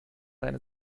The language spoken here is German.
deine